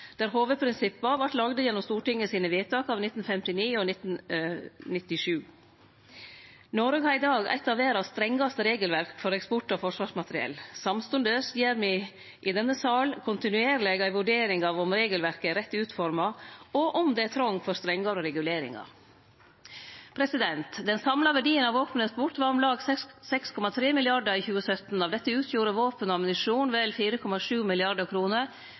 der hovudprinsippa vart lagde gjennom Stortingets vedtak av 1959 og 1997. Noreg har i dag eit av verdas strengaste regelverk for eksport av forsvarsmateriell. Samstundes gjer me i denne salen kontinuerleg ei vurdering av om regelverket er rett utforma, og om det er trong for strengare reguleringar. Den samla verdien av våpeneksport var om lag 6,3 mrd. kr i 2017. Av dette utgjorde våpen og ammunisjon vel 4,7